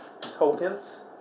tokens